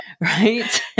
right